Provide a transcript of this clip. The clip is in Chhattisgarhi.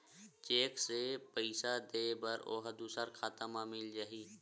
चेक से पईसा दे बर ओहा दुसर खाता म मिल जाही?